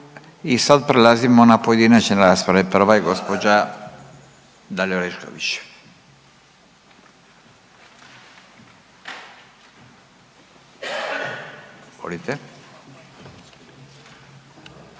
I sad prelazimo na pojedinačne rasprave, prva je gđa. Dalija Orešković, izvolite.